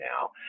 now